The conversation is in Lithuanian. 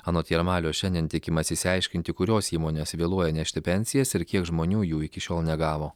anot jarmalio šiandien tikimasi išsiaiškinti kurios įmonės vėluoja nešti pensijas ir kiek žmonių jų iki šiol negavo